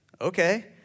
Okay